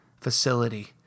facility